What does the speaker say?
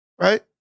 right